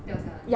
掉下来